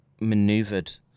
maneuvered